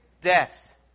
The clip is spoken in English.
death